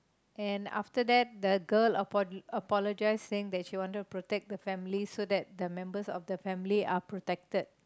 and after that the girl apol~ apologized saying that she wanted to protect the family so that the members of the family are protected